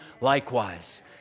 likewise